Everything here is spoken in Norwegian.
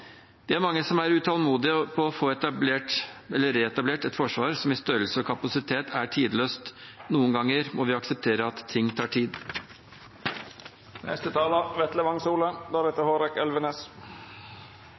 Vi er mange som er utålmodige etter å få reetablert et forsvar som i størrelse og kapasitet er tidløst. Noen ganger må vi akseptere at ting tar